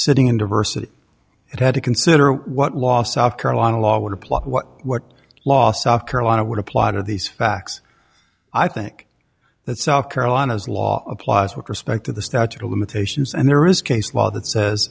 sitting in diversity and had to consider what law south carolina law would apply what law south carolina would apply to these facts i think that south carolina's law applies with respect to the statute of limitations and there is case law that says